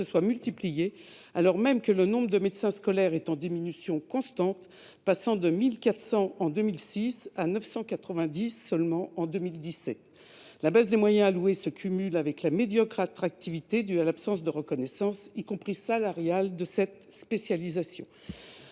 soient multipliés alors même que le nombre de médecins scolaires est en diminution constante : il est passé de 1 400 en 2006 à 990 seulement en 2017. La baisse des moyens alloués se cumule avec la médiocre attractivité de cette profession, due à l'absence de reconnaissance, y compris salariale, de cette spécialisation.